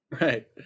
Right